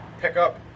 pickup